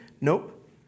Nope